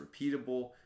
repeatable